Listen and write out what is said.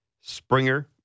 Springer